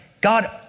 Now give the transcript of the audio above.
God